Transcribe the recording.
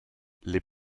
les